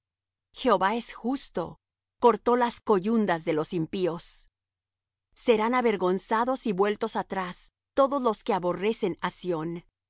jehová es justo cortó las coyundas de los impíos serán avergonzados y vueltos atrás todos los que aborrecen